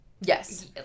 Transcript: yes